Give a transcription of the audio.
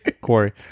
Corey